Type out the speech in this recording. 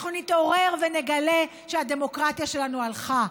אנחנו נתעורר ונגלה שהדמוקרטיה שלנו הלכה.